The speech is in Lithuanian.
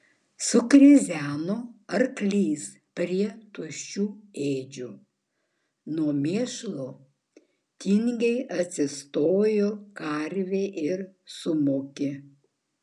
sukrizeno arklys prie tuščių ėdžių nuo mėšlo tingiai atsistojo karvė ir sumūkė